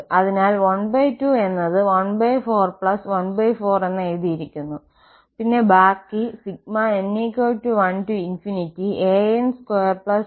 അതിനാൽ 12എന്നത് 14 14 എന്ന് എഴുതിയിരിക്കുന്നു പിന്നെ ബാക്കി n1an2bn2